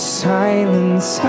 silence